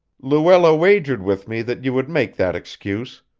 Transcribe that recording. luella wagered with me that you would make that excuse.